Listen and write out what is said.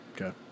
Okay